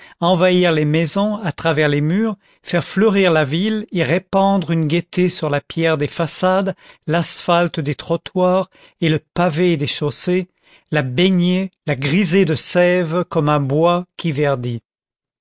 envahir les maisons à travers les murs faire fleurir la ville y répandre une gaieté sur la pierre des façades l'asphalte des trottoirs et le pavé des chaussées la baigner la griser de sève comme un bois qui verdit